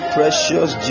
Precious